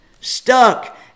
Stuck